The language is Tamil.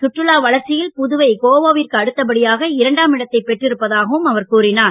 சுற்றுலா வளர்ச்சியில் புதுவை கோவாவிற்கு அடுத்த படியாக இரண்டாம் இடத்தைப் பெற்றிருப்பதாகவும் அவர் கூறினார்